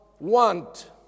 Want